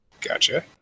Gotcha